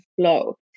flow